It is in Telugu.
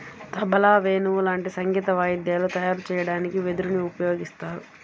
తబలా, వేణువు లాంటి సంగీత వాయిద్యాలు తయారు చెయ్యడానికి వెదురుని ఉపయోగిత్తారు